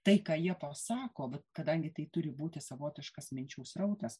tai ką jie pasako vat kadangi tai turi būti savotiškas minčių srautas